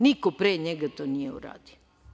Niko pre njega to nije uradio.